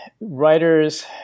writers